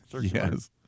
yes